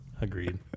Agreed